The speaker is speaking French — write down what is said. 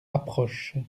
approche